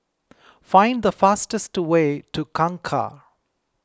find the fastest way to Kangkar